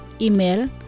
Email